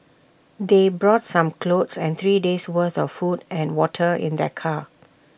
they brought some clothes and three days' worth of food and water in their car